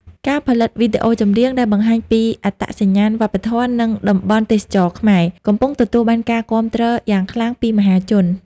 ការផលិតវីដេអូចម្រៀងដែលបង្ហាញពីអត្តសញ្ញាណវប្បធម៌ និងតំបន់ទេសចរណ៍ខ្មែរ កំពុងទទួលបានការគាំទ្រយ៉ាងខ្លាំងពីមហាជន។